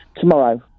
tomorrow